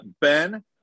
Ben